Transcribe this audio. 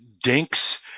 Dinks